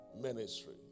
ministry